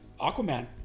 Aquaman